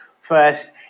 First